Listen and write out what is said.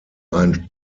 einen